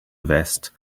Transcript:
vest